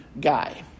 guy